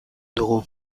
dugu